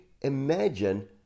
imagine